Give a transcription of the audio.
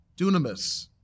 dunamis